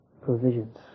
provisions